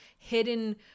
hidden